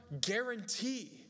guarantee